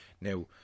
Now